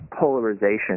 polarization